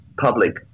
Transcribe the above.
public